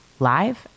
Live